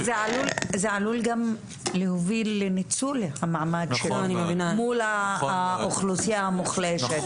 זה עלול גם להוביל לניצול המעמד שלו מול האוכלוסייה המוחלשת.